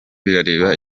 birareba